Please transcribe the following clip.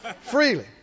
Freely